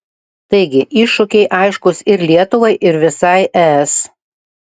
taigi iššūkiai aiškūs ir lietuvai ir visai es